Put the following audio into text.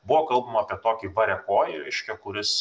buvo kalbama apie tokį variakojį reiškia kuris